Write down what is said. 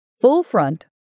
Full-front